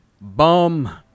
bum